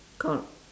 cor~